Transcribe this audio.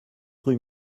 rue